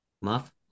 Muff